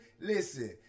listen